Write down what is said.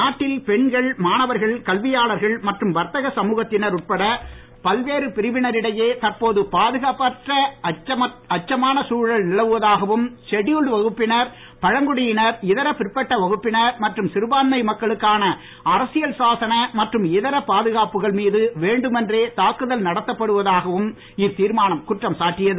நாட்டில் பெண்கள் மாணவர்கள் கல்வியாளர்கள் மற்றும் வர்த்தக சமூகத்தினர் உட்பட பல்வேறு பிரிவினரிடையே தற்போது பாதுகாப்பற்ற அச்சமான கழல் நிலவுவதாகவும்ஷெட்யூல்டு வகுப்பினர் பழங்குடியினர் இதர பிற்பட்ட வகுப்பினர் மற்றும் சிறுபான்மை மக்களுக்கான அரசியல் சாசன மற்றும் பாதுகாப்புகள் மீது வேண்டுமென்றே தாக்குதல் இதர நடத்தப்படுவதாகவும் இத்தீர்மானம் குற்றம் சாட்டியது